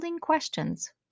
questions